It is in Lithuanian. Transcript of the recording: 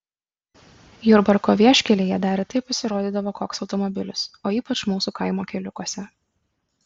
jurbarko vieškelyje dar retai pasirodydavo koks automobilis o ypač mūsų kaimo keliukuose